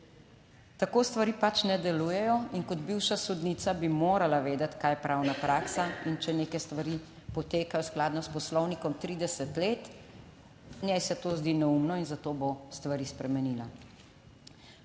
Tako stvari pač ne delujejo. In kot bivša sodnica bi morala vedeti kaj je pravna praksa, in če neke stvari potekajo skladno s Poslovnikom 30 let, njej se to zdi neumno in zato bo stvari spremenila.